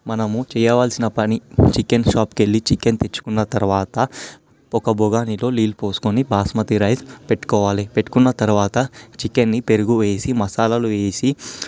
మనము చేయవలసిన పని చికెన్ షాప్కి వెళ్ళి చికెన్ తెచ్చుకొన్న తరువాత ఒక బగోనిలో నీళ్ళు పోసుకుని బాస్మతి రైస్ పెట్టుకోవాలి పెట్టుకొన్న తర్వాత చికెన్ని పెరుగు వేసి మసాలాలు వేసి